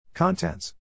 Contents